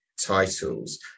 titles